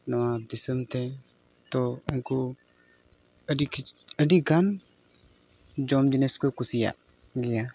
ᱱᱚᱣᱟ ᱫᱤᱥᱚᱢᱛᱮ ᱛᱚ ᱩᱱᱠᱩ ᱟᱹᱰᱤ ᱠᱤᱪᱷᱩ ᱟᱹᱰᱤ ᱜᱟᱱ ᱡᱚᱢ ᱡᱤᱱᱤᱥ ᱠᱚ ᱠᱩᱥᱤᱭᱟᱜ ᱜᱮᱭᱟ